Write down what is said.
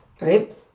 Right